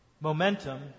Momentum